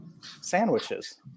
sandwiches